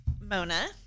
Mona